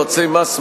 יועצי מס,